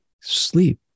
sleep